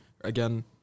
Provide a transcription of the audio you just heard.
Again